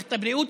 מערכת הבריאות,